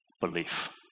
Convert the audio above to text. belief